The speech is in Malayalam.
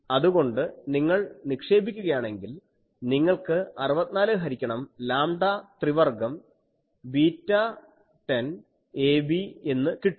അതുകൊണ്ട് നിങ്ങൾ നിക്ഷേപിക്കുകയാണെങ്കിൽ നിങ്ങൾക്ക് 64 ഹരിക്കണം ലാംഡാ ത്രിവർഗ്ഗം β10 ab എന്ന് കിട്ടും